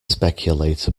speculate